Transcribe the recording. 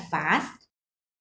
fast